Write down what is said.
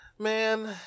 Man